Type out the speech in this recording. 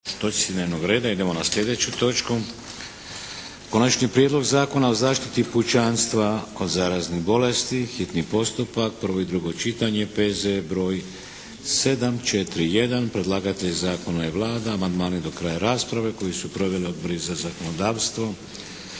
**Šeks, Vladimir (HDZ)** Idemo na slijedeću točku - Zakon o zaštiti pučanstva od zaraznih bolesti, hitni postupak, prvo i drugo čitanje, P.Z. br. 741 Predlagatelj zakona je Vlada. Amandmane do kraja rasprave koju su proveli Odbori za zakonodavstvo,